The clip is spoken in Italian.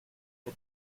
the